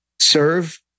Serve